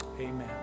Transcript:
Amen